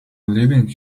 leaving